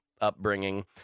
upbringing